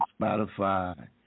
Spotify